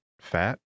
fat